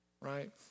Right